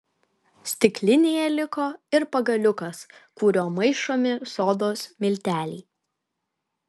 stiklinėje liko ir pagaliukas kuriuo maišomi sodos milteliai